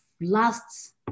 Last